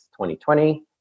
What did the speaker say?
2020